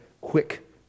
quick